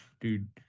Dude